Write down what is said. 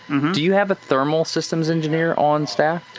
do you have a thermal systems engineer on staff?